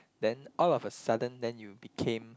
then all of a sudden then you became